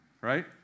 Right